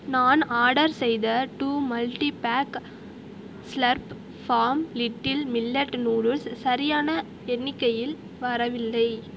நான் ஆர்டர் செய்த two multipack slurp farm little millet noodles சரியான எண்ணிக்கையில் வரவில்லை